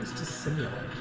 to simulate